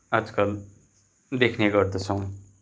आजकल देख्ने गर्दछौँ